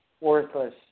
worthless